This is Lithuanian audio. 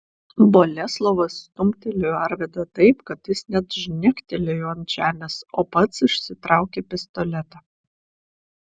boleslovas stumtelėjo arvydą taip kad jis net žnektelėjo ant žemės o pats išsitraukė pistoletą